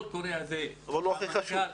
זה הנושא החשוב.